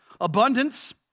Abundance